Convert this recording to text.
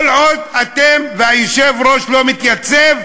כל עוד אתם, כל עוד היושב-ראש לא מתייצב: